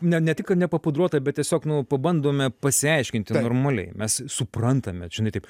ne ne tik nepapudruotą bet tiesiog nu pabandome pasiaiškinti normaliai mes suprantame žinai taip